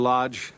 Lodge